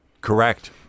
Correct